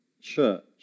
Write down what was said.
church